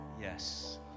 Yes